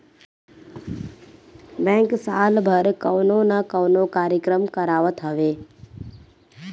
bank साल भर कवनो ना कवनो कार्यक्रम करावत हवे